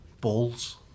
balls